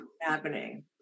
Happening